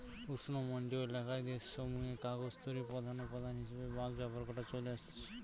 উষ্ণমন্ডলীয় এলাকার দেশসমূহে কাগজ তৈরির প্রধান উপাদান হিসাবে বাঁশ ব্যবহার চলে আসছে